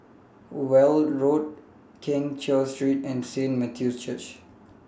Weld Road Keng Cheow Street and Saint Matthew's Church